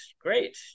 great